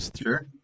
Sure